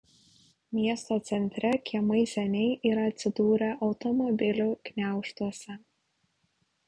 miesto centre kiemai seniai yra atsidūrę automobilių gniaužtuose